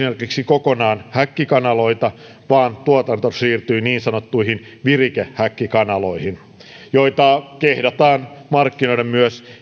kokonaan häkkikanaloita vaan tuotanto siirtyi niin sanottuihin virikehäkkikanaloihin joita kehdataan markkinoida myös